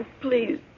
please